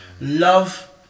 love